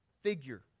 figure